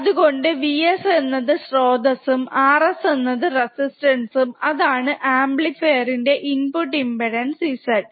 അതുകൊണ്ട് Vs എന്നത് ശ്രോതസ്സും Rs എന്ന റെസിസ്റ്റൻസ് ഉം ഇതാണ് അമ്പ്ലിഫീർ ന്റെ ഇൻപുട് ഇമ്പ്പെടാൻസ് z